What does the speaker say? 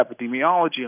epidemiology